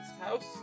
house